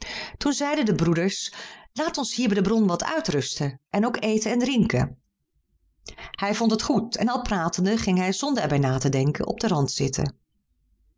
toen zeiden de broeders laat ons hier bij de bron wat uitrusten en ook eten en drinken hij vond het goed en al pratende ging hij zonder er bij te denken op den rand zitten